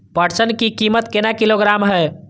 पटसन की कीमत केना किलोग्राम हय?